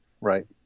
right